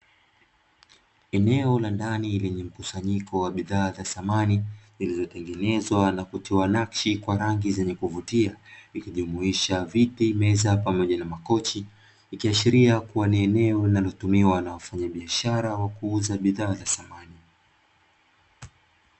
Eneo la ndani lenye mkusanyiko wa bidhaa za samani, zilizo tengenezwa na kutiwa nakshi kwa rangi zenye kuvutia ikijumuisha: viti, meza, pamoja na makochi, ikiashiria kua, ni eneo linalotumiwa na wafanya biashara wa kuuza bidhaa za samani.